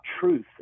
truth